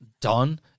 done